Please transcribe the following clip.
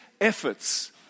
efforts